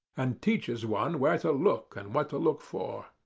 and teaches one where to look and what to look for.